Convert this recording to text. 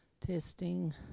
testing